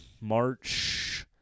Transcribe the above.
March